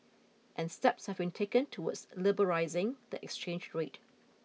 and steps have been taken towards liberalising the exchange rate